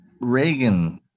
Reagan